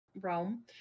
Rome